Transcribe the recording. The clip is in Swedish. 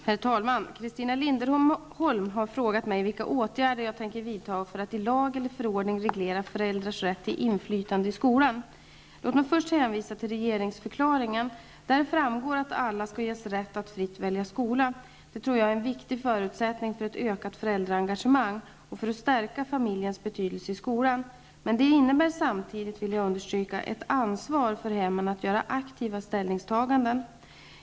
Herr talman! Christina Linderholm har frågat mig vilka åtgärder jag tänker vidta för att i lag eller förordning reglera föräldrars rätt till inflytande i skolan. Låt mig först hänvisa till regeringsförklaringen. Där framgår att alla skall ges rätt att fritt välja skola. Det tror jag är en viktig förutsättning för ett ökat föräldraengagemang och för att stärka familjens betydelse i skolan. Men det innebär samtidigt, vill jag understryka, ett ansvar för hemmen att göra aktiva ställningstaganden.